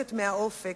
ומתרחקת מהאופק,